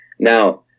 Now